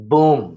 Boom